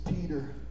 Peter